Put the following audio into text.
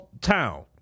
town